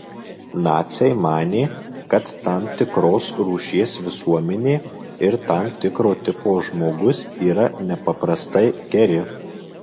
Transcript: naciai manė kad tam tikros rūšies visuomenė ir tam tikro tipo žmogus yra nepaprastai geri